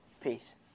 Peace